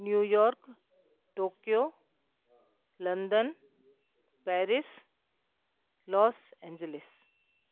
New York Tokyo London Paris Los Angeles